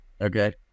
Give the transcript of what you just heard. Okay